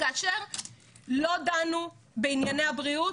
כאשר לא דנו בענייני הבריאות.